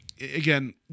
again